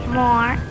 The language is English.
more